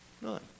None